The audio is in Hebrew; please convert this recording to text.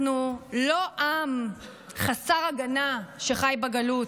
אנחנו לא עם חסר הגנה שחי בגלות,